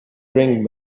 bring